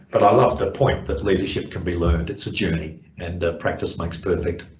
but i love the point that leadership can be learned it's a journey and practice makes perfect.